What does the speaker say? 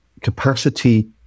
capacity